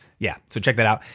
yeah so check that out.